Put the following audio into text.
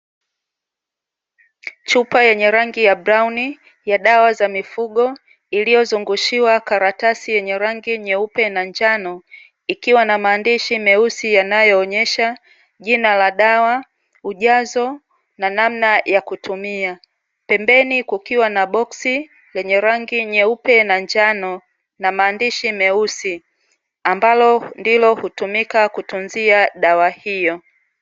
Chupa yenye rangi ya brauni ya dawa za mifugo iliyozungushiwa karatasi ya rangi nyeupe na njano ikiwa namaandishi meusi yanayoonyesha jina la dawa, ujazo na namna ya kutumia. Pembeni kukiwa na boksi lenye rangi nyeupe na njano na maandishi meusi ambalo ndilo hutumika kutunzia dawa hiyo.